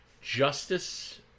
Justice